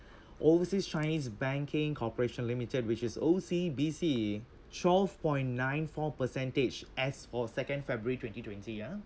overseas chinese banking corporation limited which is O_C_B_C twelve point nine four percentage as for second february twenty twenty ya